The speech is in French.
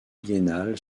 biennale